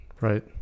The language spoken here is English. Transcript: right